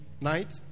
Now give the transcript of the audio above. night